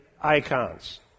icons